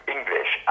English